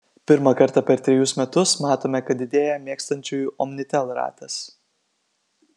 pirmą kartą per trejus metus matome kad didėja mėgstančiųjų omnitel ratas